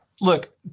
look